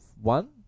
one